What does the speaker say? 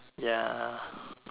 ya